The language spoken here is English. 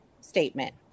statement